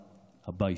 הביתה.